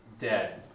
dead